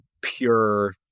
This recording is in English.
pure